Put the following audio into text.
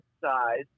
size